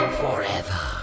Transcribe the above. forever